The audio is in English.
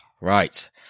Right